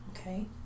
Okay